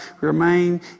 remain